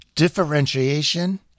Differentiation